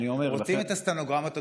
רוצים את הסטנוגרמות,